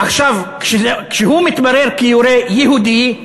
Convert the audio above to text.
עכשיו, כשהוא מתברר כיורה יהודי,